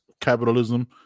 capitalism